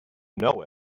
know